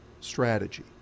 strategy